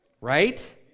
right